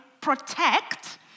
protect